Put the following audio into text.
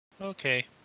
Okay